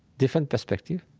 different perspective